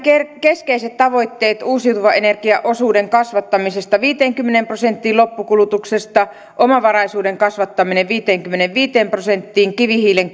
keskeiset tavoitteet uusiutuvan energian osuuden kasvattamisesta viiteenkymmeneen prosenttiin loppukulutuksesta omavaraisuuden kasvattaminen viiteenkymmeneenviiteen prosenttiin kivihiilen